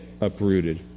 uprooted